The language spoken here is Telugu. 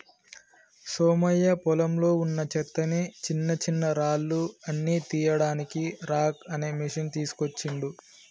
సోమయ్య పొలంలో వున్నా చెత్తని చిన్నచిన్నరాళ్లు అన్ని తీయడానికి రాక్ అనే మెషిన్ తీస్కోచిండు